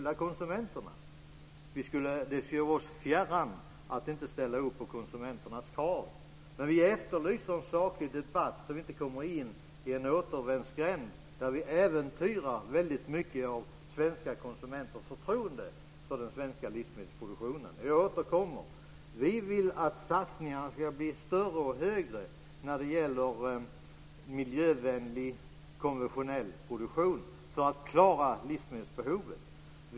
Det skulle vara oss fjärran att inte ställa upp på konsumenternas krav. Vi efterlyser en saklig debatt så att vi inte kommer in i en återvändsgränd där vi äventyrar väldigt mycket av svenska konsumenters förtroende för den svenska livsmedelsproduktionen. Jag återkommer till det. Vi vill att satsningarna ska blir större och mer omfattande på miljövänlig konventionell produktion för att klara livsmedelsbehovet.